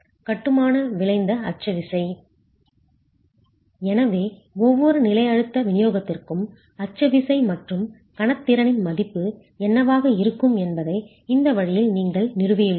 கட்டுமான விளைந்த அச்சு விசை எனவே ஒவ்வொரு நிலை அழுத்த விநியோகத்திற்கும் அச்சு விசை மற்றும் கணத் திறனின் மதிப்பு என்னவாக இருக்கும் என்பதை இந்த வழியில் நீங்கள் நிறுவியுள்ளீர்கள்